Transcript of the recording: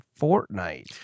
Fortnite